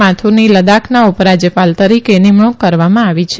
માથુરની લદ્દાખના ઉપરાજ્યપાલ તરીકે નિમણૂંક કરવામાં આવી છે